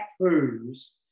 proves